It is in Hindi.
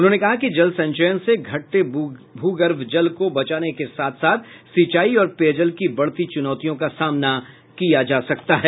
उन्होंने कहा कि जल संचयन से घटते भू गर्भ जल को बचाने के साथ सिंचाई और पेयजल की बढ़ती चुनौतियों का सामना किया जा सकता है